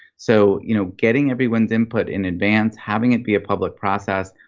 so you know getting everyone's input in advance, having it be a public process,